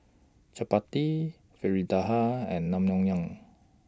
Chapati Fritada and Naengmyeon